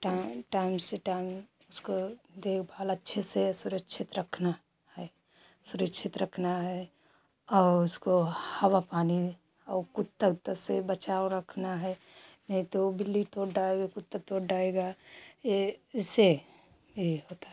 time time से time उसको देखभाल अच्छे से सुरक्षित रखना है सुरक्षित रखना है और उसको हवा पानी और कुत्ता उत्ता से बचाव रखना है नहीं तो बिल्ली तोड़ डालेगी कुत्ता तोड़ डालेगा यह इससे यह होता है